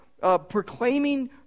proclaiming